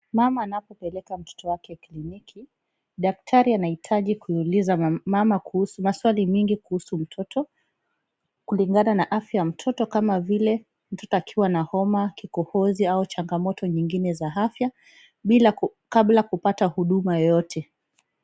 Mama anapompeleka mtoto wake klinki, daktari anahitaji kuuliza mama kuhusu maswali mingi kuhusu mtoto kulingana na afya ya mtoto, kama vile mtoto akiwa na homa kikohozi au changamoto nyingine za afya kabla kupata huduma yoyote.